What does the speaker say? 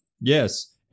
Yes